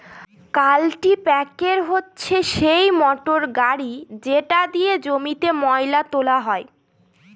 কাল্টিপ্যাকের হচ্ছে সেই মোটর গাড়ি যেটা দিয়ে জমিতে ময়লা তোলা হয়